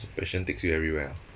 so passion takes you everywhere ah